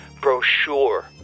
brochure